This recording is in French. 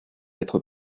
être